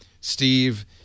Steve